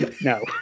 No